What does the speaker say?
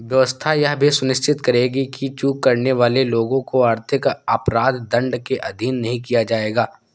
व्यवस्था यह भी सुनिश्चित करेगी कि चूक करने वाले लोगों को आर्थिक अपराध दंड के अधीन नहीं किया जाएगा